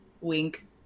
Wink